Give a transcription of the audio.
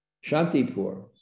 Shantipur